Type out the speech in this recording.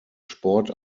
sport